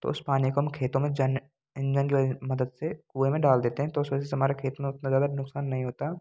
तो उस पानी को हम खेतों में जेन इंजन की मदद से कुएं में डाल देते हैं तो उस वजह से हमारे खेत में उतना ज़्यादा नुकसान नहीं होता